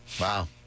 Wow